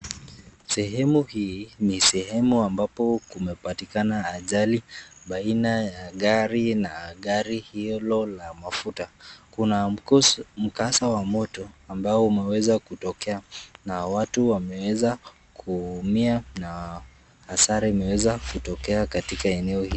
Sehemu hii ni sehemu ambapo kumepatikana ajali baina ya gari na gari hilo la mafuta. Kuna mkasa wa moto ambao umeweza kutokea na watu wameweza kuumia na hasara imeweza kutokea katika eneo hili.